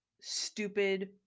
stupid